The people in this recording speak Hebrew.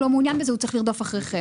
לא מעוניין בזה הוא צריך לרדוף אחריכם.